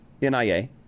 NIA